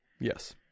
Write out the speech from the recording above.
Yes